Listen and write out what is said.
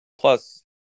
Plus